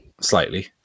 slightly